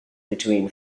between